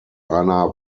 einer